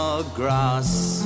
grass